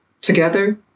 together